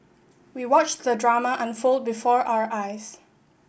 we watched the drama unfold before our eyes